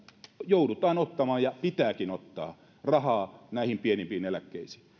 joudutaan ottamaan ja pitääkin ottaa rahaa näihin pienimpiin eläkkeisiin